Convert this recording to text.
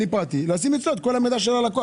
הוא פרטי - משים אצלו את כל המידע של הלקוח.